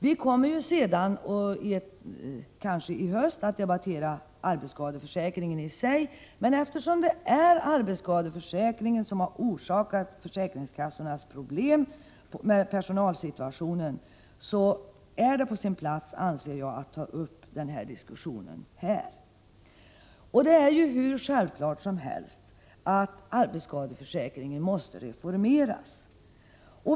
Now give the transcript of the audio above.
Vi kommer senare, kanske i höst, att debattera arbetsskadeförsäkringen i sig, men eftersom det är arbetsskadeförsäkringen som har orsakat försäkringskassornas problem med personalsituationen är det på sin plats, anser jag, att ta upp diskussionen om arbetsskadeförsäkringen här. Det är ju hur självklart som helst att arbetsskadeförsäkringen måste reformeras.